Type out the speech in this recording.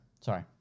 Sorry